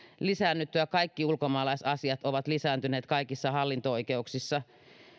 lisäännyttyä kaikki ulkomaalaisasiat ovat lisääntyneet kaikissa hallinto oikeuksissa